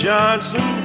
Johnson